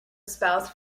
spouse